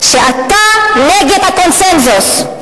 אתה נגד הקונסנזוס.